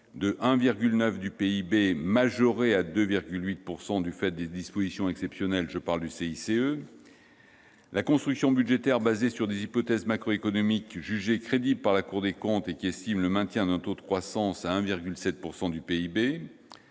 de 1,9 % du PIB majoré à 2,8 % du fait de dispositions exceptionnelles- je pense au CICE ; la construction budgétaire fondée sur des hypothèses macroéconomiques jugées crédibles par la Cour des comptes, laquelle estime raisonnable le maintien d'un taux de croissance à 1,7 % du PIB